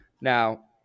Now